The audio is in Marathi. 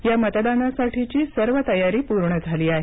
या मतदानासाठीची सर्व तयारी पूर्ण झाली आहे